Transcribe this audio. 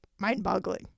mind-boggling